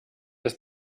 ist